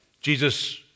Jesus